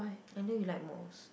I know you like malls